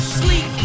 sleep